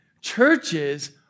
churches